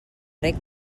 reg